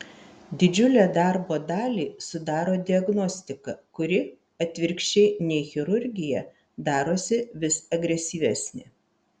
didžiulę darbo dalį sudaro diagnostika kuri atvirkščiai nei chirurgija darosi vis agresyvesnė